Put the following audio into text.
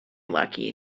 lucky